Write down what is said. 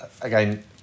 again